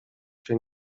się